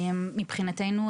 מבחינתנו,